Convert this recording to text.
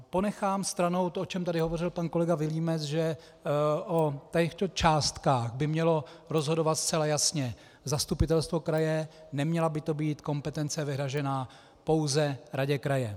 Ponechám stranou to, o čem tady hovořil pan kolega Vilímec, že o těchto částkách by mělo rozhodovat zcela jasně zastupitelstvo kraje, neměla by to být kompetence vyhrazená pouze radě kraje.